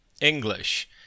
English